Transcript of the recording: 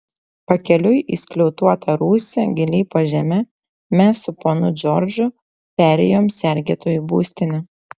pakeliui į skliautuotą rūsį giliai po žeme mes su ponu džordžu perėjom sergėtojų būstinę